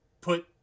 put